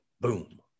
boom